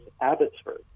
abbotsford